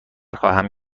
خواهم